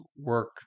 work